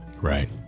right